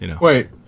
Wait